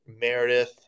meredith